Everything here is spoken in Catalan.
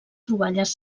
troballes